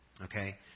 Okay